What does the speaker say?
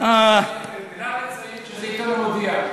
נא לציין שזה עיתון "המודיע".